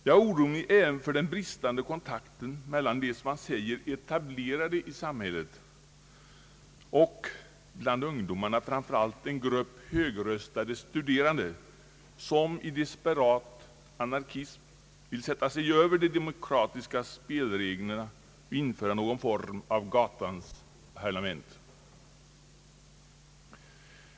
Jag oroar mig även för den bristande kontakten mellan de som man säger etablerade i samhället och ungdomarna, framför allt en grupp högröstade studerande, som i desperat anarkism vill sätta sig över de demokratiska spelreglerna och införa någon form av gatans parlament.